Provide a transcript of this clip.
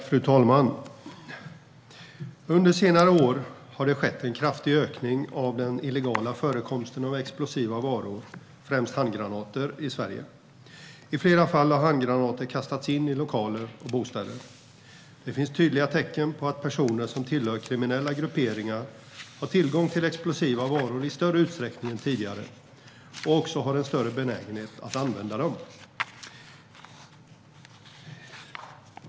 Fru talman! "Under senare år har det skett en kraftig ökning av den illegala förekomsten av explosiva varor, främst handgranater, i Sverige. I flera fall har handgranater kastats in i lokaler och bostäder. Det finns tydliga tecken på att personer som tillhör kriminella grupperingar har tillgång till explosiva varor i större utsträckning än tidigare och också har en större benägenhet att använda dessa."